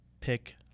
pick